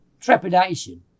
trepidation